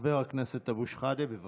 חבר הכנסת אבו שחאדה, בבקשה.